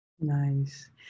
Nice